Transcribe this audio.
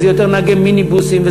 וזה יותר נהגי מיניבוסים,